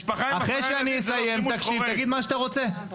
משפחה עם 10 ילדים זה לא שימוש חורג.